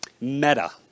meta